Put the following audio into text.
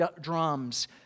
drums